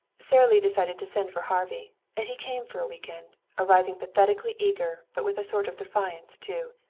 sara lee decided to send for harvey, and he came for a week-end, arriving pathetically eager, but with a sort of defiance too.